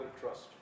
trust